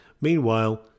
Meanwhile